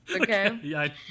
okay